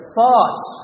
thoughts